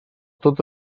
tot